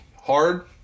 Hard